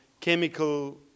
chemical